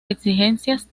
exigencias